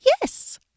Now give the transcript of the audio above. Yes